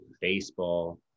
baseball